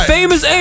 Famous